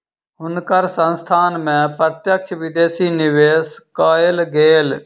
हुनकर संस्थान में प्रत्यक्ष विदेशी निवेश कएल गेल